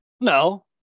No